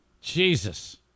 Jesus